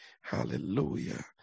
Hallelujah